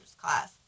class